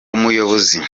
umuyobozi